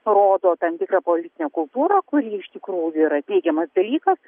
parodo tam tikrą politinę kultūrą kuri iš tikrųjų yra teigiamas dalykas